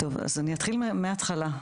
אני אתחיל מהתחלה,